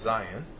Zion